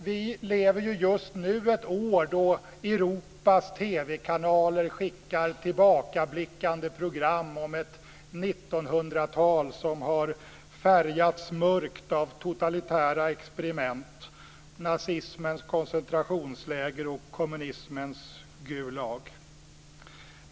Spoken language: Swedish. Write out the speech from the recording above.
Vi lever just nu i ett år då Europas TV-kanaler skickar ut tillbakablickande program om ett 1900-tal som har färgats mörkt av totalitära experiment: nazismens koncentrationsläger och kommunismens Gulag.